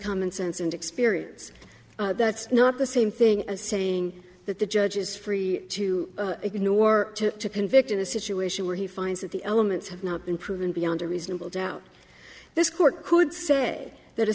common sense and experience that's not the same thing as saying that the judge is free to ignore to convict in a situation where he finds that the elements have not been proven beyond a reasonable doubt this court could say that a